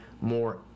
more